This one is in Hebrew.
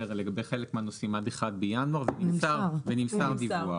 לגבי חלק מהנושאים עד ה-1 בינואר ונמסר הדיווח.